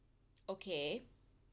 okay